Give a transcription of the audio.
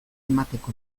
emateko